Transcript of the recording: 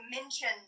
mention